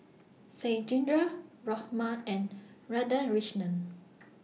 Satyendra Ramnath and Radhakrishnan